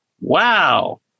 Wow